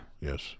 Yes